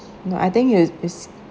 no I think is is